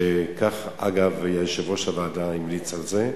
שכך אגב יושב-ראש הוועדה המליץ על זה.